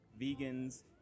vegans